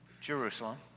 Jerusalem